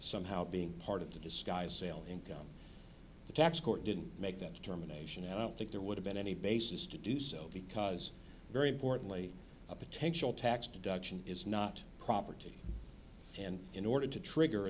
somehow being part of the disguise sale income the tax court didn't make that determination i don't think there would have been any basis to do so because very importantly a potential tax deduction is not property and in order to trigger a